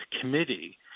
committee